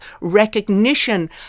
recognition